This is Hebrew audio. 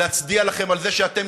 להצדיע לכן על זה שאתן,